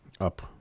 up